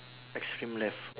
extreme left